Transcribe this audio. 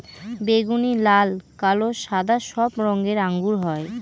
বেগুনি, লাল, কালো, সাদা সব রঙের আঙ্গুর হয়